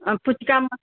अँ पुच्का म